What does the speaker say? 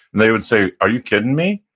they would say, are you kidding me?